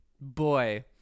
boy